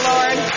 Lord